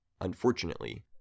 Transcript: Unfortunately